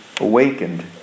awakened